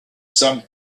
some